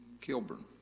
Kilburn